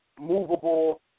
movable